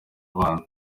bana